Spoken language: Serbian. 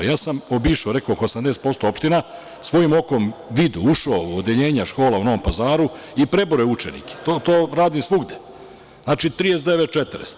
Obišao sam oko 80% opština, svojim okom video, ušao u odeljenja škola u Novom Pazaru i prebrojao učenike, to radim svuda, znači, 39, 40.